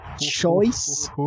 choice